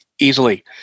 easily